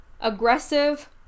aggressive